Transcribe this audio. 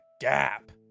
gap